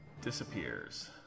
Disappears